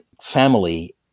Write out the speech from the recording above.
family